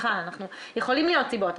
יכולות להיות סיבות.